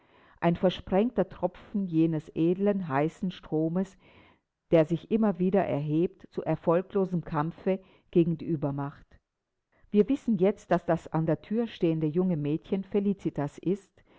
ein versprengter tropfen jenes edlen heißen stromes der sich immer wieder erhebt zu erfolglosem kampfe gegen die uebermacht wir wissen jetzt daß das an der thür stehende junge mädchen felicitas ist